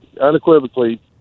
unequivocally